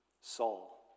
Saul